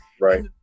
Right